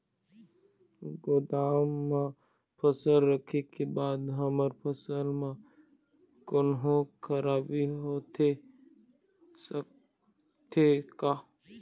गोदाम मा फसल रखें के बाद हमर फसल मा कोन्हों खराबी होथे सकथे का?